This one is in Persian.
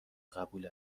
قبول